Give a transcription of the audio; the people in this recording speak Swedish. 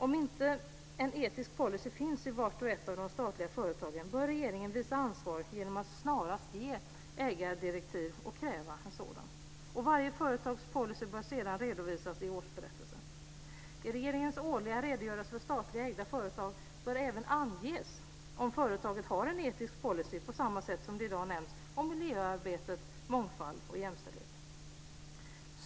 Om inte en etisk policy finns i vart och ett av de statliga företagen bör regeringen visa ansvar genom att snarast ge ägardirektiv och kräva en sådan. Varje företags policy bör sedan redovisas i årsberättelse. I regeringens årliga redogörelse för statligt ägda företag bör det även anges om företaget har en etisk policy på samma sätt som det i dag nämns om miljöarbete, mångfald och jämställdhet.